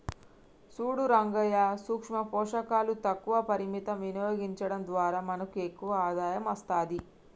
సూడు రంగయ్యా సూక్ష పోషకాలు తక్కువ పరిమితం వినియోగించడం ద్వారా మనకు ఎక్కువ ఆదాయం అస్తది